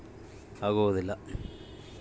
Agri e commerce ರೈತರಿಗೆ ಸಹಕಾರಿ ಆಗ್ತೈತಾ?